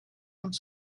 some